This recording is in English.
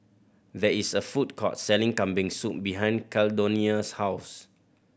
there is a food court selling Kambing Soup behind Caldonia's house